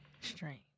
strange